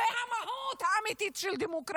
זו המהות האמיתית של דמוקרטיה.